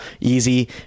easy